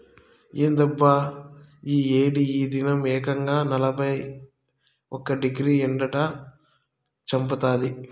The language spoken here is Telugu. ఏందబ్బా ఈ ఏడి ఈ దినం ఏకంగా నలభై ఒక్క డిగ్రీ ఎండట చంపతాంది